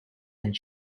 and